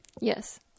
Yes